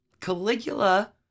Caligula